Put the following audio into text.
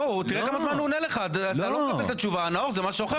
אתה לא מקבל את התשובה, נאור, זה משהו אחר.